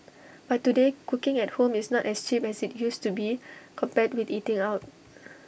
but today cooking at home is not as cheap as IT used to be compared with eating out